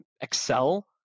excel